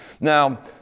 Now